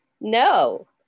No